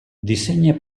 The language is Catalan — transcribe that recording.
dissenya